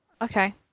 Okay